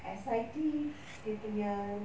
S_I_T dia punya